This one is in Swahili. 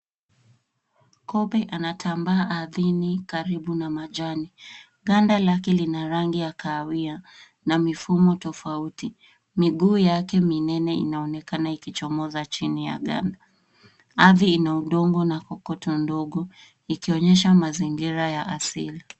Kobe anatambaa ardhini karibu na majani. Ganda lake lina rangi ya kahawia, na mifumo tofauti. Miguu yake minene inaonekana ikichomoza chini ya ganda. Ardhi ina udongo na kokoto ndogo, ikionyesha mazingira ya asili.